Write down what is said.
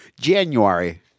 January